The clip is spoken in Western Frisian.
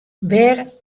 wêr